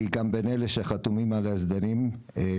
אני כאן בין אלה שחתומים על ההסדרים של